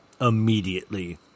immediately